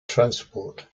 transport